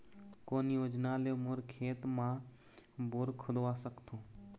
कोन योजना ले मोर खेत मा बोर खुदवा सकथों?